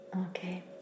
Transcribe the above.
Okay